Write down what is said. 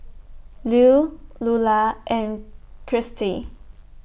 Lew Lulah and Kirstie